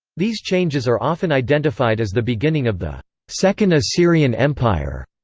these changes are often identified as the beginning of the second assyrian empire.